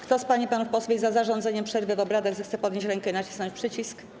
Kto z pań i panów posłów jest za zarządzeniem przerwy w obradach, zechce podnieść rękę i nacisnąć przycisk.